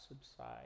subside